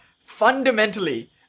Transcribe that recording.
fundamentally